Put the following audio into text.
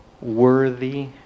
worthy